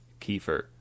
Kiefer